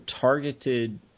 targeted